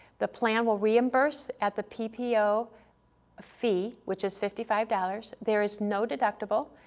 the plan will reimburse at the ppo ppo fee which is fifty five dollars, there is no deductible,